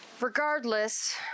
Regardless